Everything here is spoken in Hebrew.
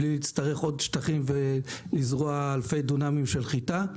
בלי להצטרך עוד שטחים ולזרוע אלפי דונמים של חיטה.